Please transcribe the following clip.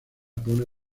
pone